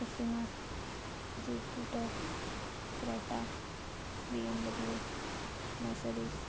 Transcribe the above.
फसिनो Jupiter Creta B M W Mercedes